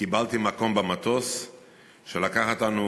קיבלתי מקום במטוס שלקח אותנו